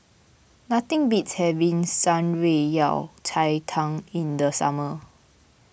nothing beats having Shan Rui Yao Cai Tang in the summer